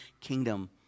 kingdom